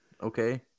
Okay